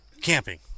Camping